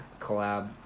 collab